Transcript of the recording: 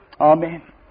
Amen